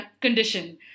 condition